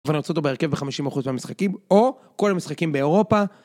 ואני רוצה אותו בהרכב ב-50% מהמשחקים, או כל המשחקים באירופה.